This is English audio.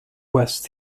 west